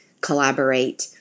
collaborate